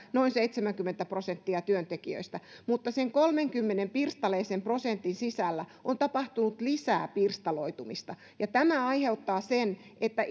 noin seitsemänkymmentä prosenttia työntekijöistä mutta sen kolmenkymmenen pirstalaisen prosentin sisällä on tapahtunut lisää pirstaloitumista ja tämä aiheuttaa sen että